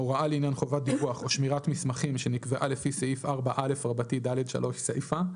הוראה לעניין חובת דיווח או שמירת מסמכים שנקבעה לפי סעיף 4א(ד3) סיפה;